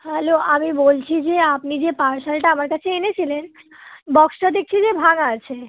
hello আমি বলছি যে আপনি যে পার্সেলটা আমার কাছে এনেছিলেন বক্সটা দেখছি যে ভাঙ্গা আছে